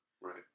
Right